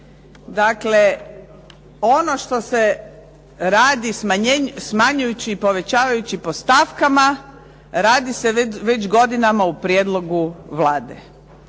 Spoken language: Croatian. Dakle, ono što se radi smanjujući i povećavajući po stavkama radi se već godinama u prijedlogu Vlade.